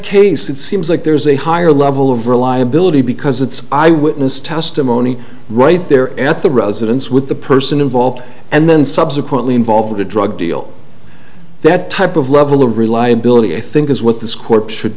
case it seems like there's a higher level of reliability because it's eyewitness testimony right there at the residence with the person involved and then subsequently involved a drug deal that type of level of reliability i think is what this court should